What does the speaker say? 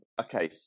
okay